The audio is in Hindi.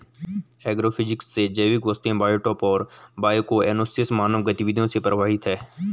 एग्रोफिजिक्स से जैविक वस्तुएं बायोटॉप और बायोकोएनोसिस मानव गतिविधि से प्रभावित हैं